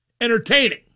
entertaining